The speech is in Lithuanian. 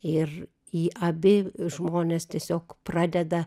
ir į abi žmonės tiesiog pradeda